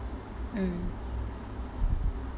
mm